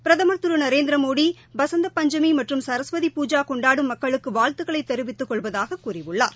பிரதமர் திரு நரேந்திரமோடி பசந்த் பஞ்சமி மற்றும் சரஸ்பூஜா கொண்டாடும் மக்களுக்கு வாழ்த்துக்களைத் தெரிவித்துக் கொள்வதாகக் கூறியுள்ளார்